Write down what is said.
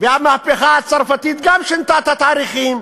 והמהפכה הצרפתית גם שינתה את התאריכים.